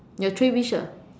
ya three wish lah